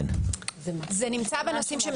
זה נמצא בנושאים שמסומנים כאלה שירדו.